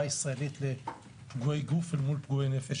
הישראלית לפגועי גוף אל מול פגועי נפש.